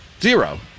Zero